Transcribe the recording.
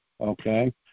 okay